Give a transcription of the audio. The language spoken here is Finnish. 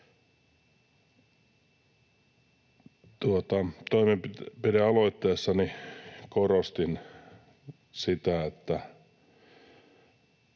Toimenpidealoitteessani korostin sitä, että